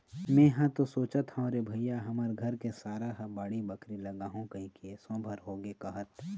मेंहा तो नइ सोचत हव रे भइया हमर घर के सारा ह बाड़ी बखरी लगाहूँ कहिके एसो भर होगे कहत